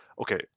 okay